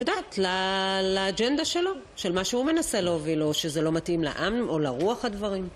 את יודעת, לאג'נדה שלו, של מה שהוא מנסה להוביל, או שזה לא מתאים לעם או לרוח הדברים.